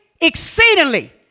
exceedingly